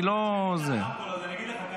אני אגיד לך,